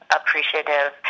appreciative